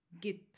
get